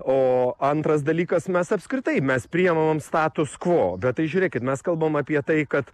o antras dalykas mes apskritai mes priimam status quo bet tai žiūrėkit mes kalbam apie tai kad